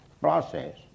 process